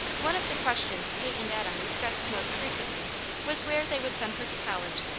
one of the questions kate and adam discussed most frequently was where they would send her to college,